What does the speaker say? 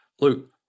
Luke